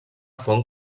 font